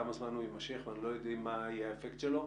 כמה זמן הוא יימשך ולא יודעים מה יהיה האפקט שלו.